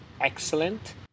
excellent